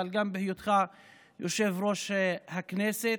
אבל גם בהיותך יושב-ראש הכנסת.